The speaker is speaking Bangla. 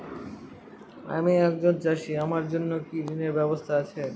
আমি একজন চাষী আমার জন্য কি ঋণের ব্যবস্থা আছে?